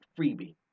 freebie